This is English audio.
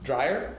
Dryer